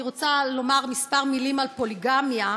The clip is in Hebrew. אני רוצה לומר כמה מילים על פוליגמיה,